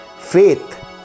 Faith